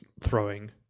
throwing